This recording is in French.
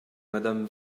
madame